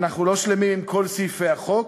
אנחנו לא שלמים עם כל סעיפי החוק,